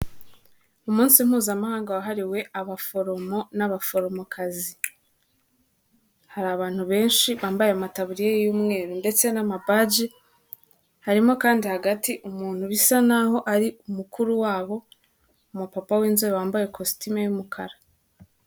Umunsi mpuzamahanga wahariwe abaforomo n'abaforomokazi, hari abantu benshi bambaye amataburiya y'umweru ndetse n'amabaji, harimo kandi hagati umuntu bisa naho ari umukuru wabo, umupapa w'inzo wambaye kositime y'umukara.